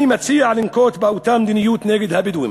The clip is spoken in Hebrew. אני מציע לנקוט אותה מדיניות נגד הבדואים,